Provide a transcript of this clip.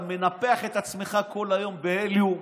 אתה מנפח את עצמך כל היום בהליום,